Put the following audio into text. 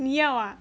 你要 ah